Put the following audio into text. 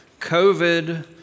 COVID